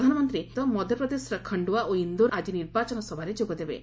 ପ୍ରଧାନମନ୍ତ୍ରୀ ମଧ୍ୟପ୍ରଦେଶର ଖଣ୍ଡୁଆ ଓ ଇନ୍ଦୋରରେ ଆଜି ନିର୍ବାଚନ ସଭାରେ ଯୋଗଦେବେ